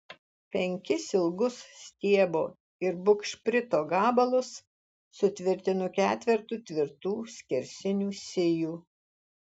penkis ilgus stiebo ir bugšprito gabalus sutvirtinu ketvertu tvirtų skersinių sijų